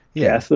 yeah, so